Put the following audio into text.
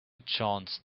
chance